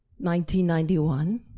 1991